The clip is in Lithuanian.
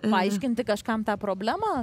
paaiškinti kažkam tą problemą